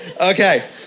Okay